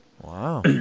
Wow